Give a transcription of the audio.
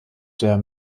der